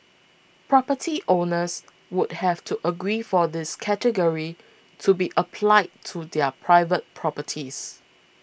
property owners would have to agree for this category to be applied to their private properties